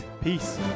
peace